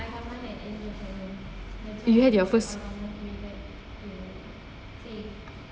you had your first